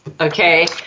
okay